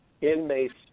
inmates